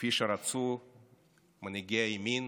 כפי שרצו מנהיגי הימין